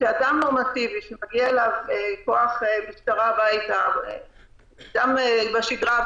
שאדם נורמטיבי מעדיף שלא יגיע אליו כוח משטרה הביתה גם בשגרה,